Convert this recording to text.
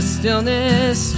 stillness